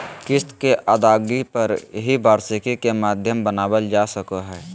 किस्त के अदायगी पर ही वार्षिकी के माध्यम बनावल जा सको हय